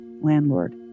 landlord